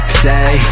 say